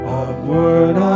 upward